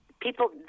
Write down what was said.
People